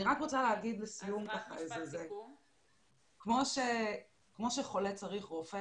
אני רק רוצה להגיד לסיום, כמו שחולה צריך רופא